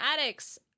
Addicts